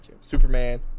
Superman